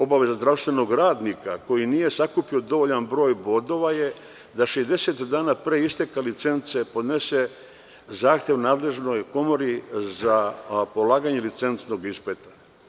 Obaveza zdravstvenog radnika koji nije sakupio dovoljan broj bodova je da 60 dana pre isteka licence podnese zahtev nadležnoj komori za polaganje licencnog ispita.